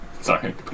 Sorry